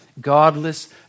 godless